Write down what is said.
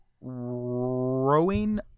rowing